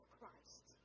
Christ